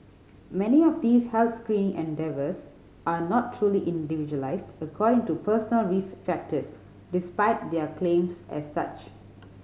many of these health screening endeavours are not truly individualised according to personal risk factors despite their claims as such